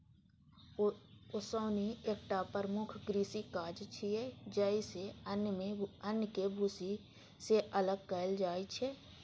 ओसौनी एकटा प्रमुख कृषि काज छियै, जइसे अन्न कें भूसी सं अलग कैल जाइ छै